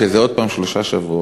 שזה עוד פעם שלושה שבועות.